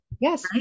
yes